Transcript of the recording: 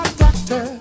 doctor